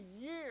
year